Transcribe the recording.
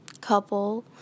couple